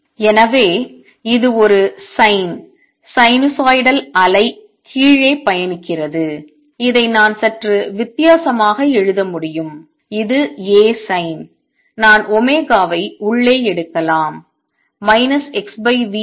எனவே இது ஒரு sin சைனூசாய்டல் அலை கீழே பயணிக்கிறது இதை நான் சற்று வித்தியாசமாக எழுத முடியும் இது A sin நான் வை உள்ளே எடுக்கலாம் x v முறை